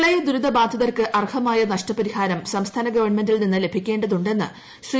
പ്രളിയ്ക്കുരിതബാധിതർക്ക് അർഹമായ നഷ്ടപരിഹാരം സംസ്ഥാന ഗവൺമെന്റിൽ നീ്ന്ന് ലഭിക്കേണ്ടതുണ്ടെന്ന് ശ്രീ